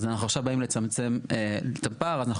אז אנחנו עכשיו באים לצמצם את הפער ואנחנו